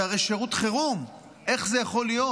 זה הרי שירות חירום, איך זה יכול להיות?